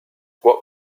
what